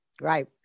Right